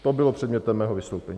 To bylo předmětem mého vystoupení.